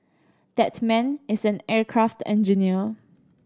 that man is an aircraft engineer